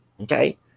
Okay